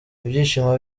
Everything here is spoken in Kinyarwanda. ibyishimo